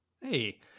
Hey